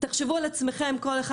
תחשבו על עצמכם כל אחד,